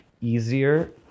easier